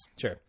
Sure